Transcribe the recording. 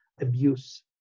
abuse